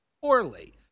poorly